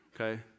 okay